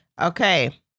Okay